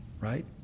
right